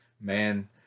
Man